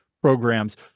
programs